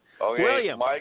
William